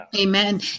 Amen